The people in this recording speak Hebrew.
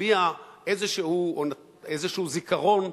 נטביע איזשהו זיכרון,